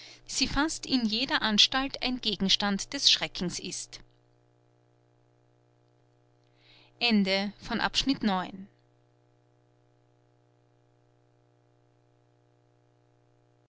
sie fast in jeder anstalt ein gegenstand des schreckens ist